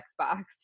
xbox